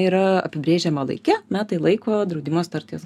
yra apibrėžiama laike metai laiko draudimo sutarties